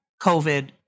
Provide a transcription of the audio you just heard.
COVID